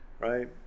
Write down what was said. right